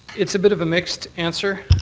it's a bit of a mixed answer.